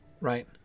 right